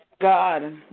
God